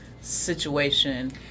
situation